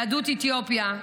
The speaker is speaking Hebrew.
יהדות אתיופיה,